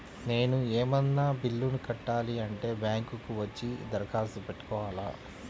నేను ఏమన్నా బిల్లును కట్టాలి అంటే బ్యాంకు కు వచ్చి దరఖాస్తు పెట్టుకోవాలా?